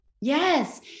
Yes